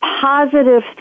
positive